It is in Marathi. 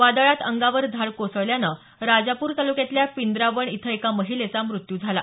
वादळात अंगावर झाड कोसळल्यानं राजापूर तालुक्यातल्या प्रिंदावण इथं एका महिलेचा मृत्यू झाला